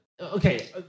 Okay